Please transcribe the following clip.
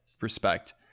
respect